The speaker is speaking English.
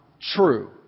true